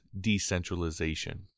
decentralization